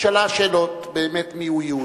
נשאלה השאלה, באמת, מיהו יהודי.